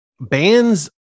bands